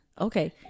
Okay